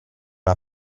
una